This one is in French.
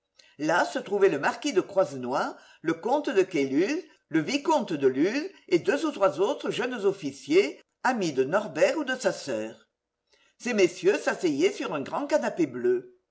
là se trouvaient le marquis de croisenois le comte de caylus le vicomte de luz et deux ou trois autres jeunes officiers amis de norbert ou de sa soeur ces messieurs s'asseyaient sur un grand canapé bleu